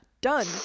done